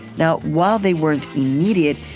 now, while they weren't immediate,